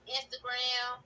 Instagram